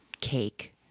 cake